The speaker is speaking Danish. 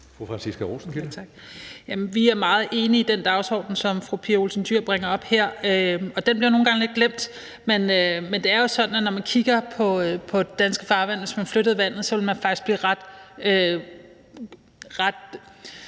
Vi er meget enige i den dagsorden, som fru Pia Olsen Dyhr bringer op her. Den bliver nogle gange lidt glemt, men det er jo sådan, at hvis man flyttede vandet og kiggede på danske farvande, så ville man blive ret